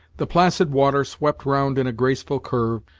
the placid water swept round in a graceful curve,